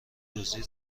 دزدی